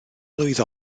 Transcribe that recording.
mlwydd